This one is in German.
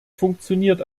funktioniert